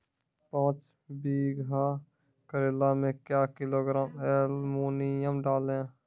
पाँच बीघा करेला मे क्या किलोग्राम एलमुनियम डालें?